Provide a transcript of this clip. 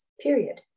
period